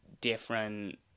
different